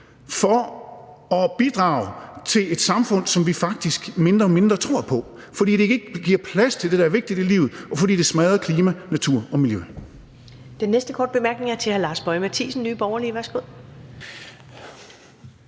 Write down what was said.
for at bidrage til et samfund, som vi faktisk mindre og mindre tror på, fordi det ikke giver plads til det, der er vigtigt i livet, og fordi det smadrer klima, natur og miljø.